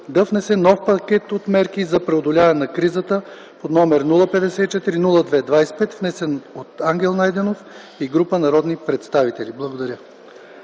да внесе нов пакет от мерки за преодоляване на кризата, № 054-02-25, внесен от Ангел Найденов и група народни представители.” Благодаря.